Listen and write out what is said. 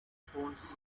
ponds